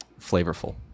flavorful